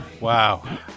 Wow